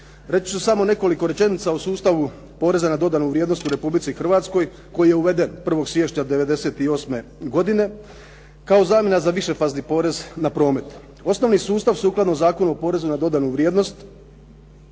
Reći ću samo nekoliko rečenica o sustavu poreza na dodanu vrijednost u Republici Hrvatskoj koji je uveden 1. siječnja '98. godine kao zamjena za višefazni porez na promet. Osnovni sustav, sukladno Zakonu o porezu na dodanu vrijednost,